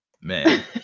man